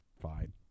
Fine